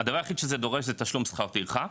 הדבר היחיד שזה דורש זה תשלום שכר טרחה,